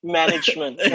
management